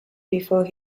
before